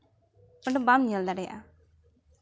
ᱟᱫᱚ ᱵᱟᱢ ᱧᱮᱞ ᱫᱟᱲᱮᱭᱟᱜᱼᱟ